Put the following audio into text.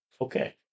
Okay